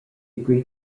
greek